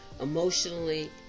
emotionally